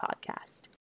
podcast